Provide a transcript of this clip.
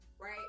Right